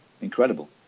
Incredible